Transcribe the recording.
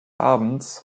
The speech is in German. abends